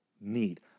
need